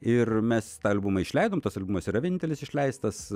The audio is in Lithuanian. ir mes tą albumą išleidom tas albumas yra vienintelis išleistas